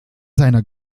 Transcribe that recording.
seiner